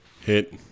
Hit